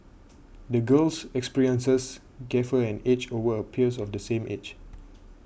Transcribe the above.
the girl's experiences gave her an edge over her peers of the same age